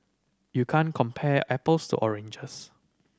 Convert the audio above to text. you can't compare apples to oranges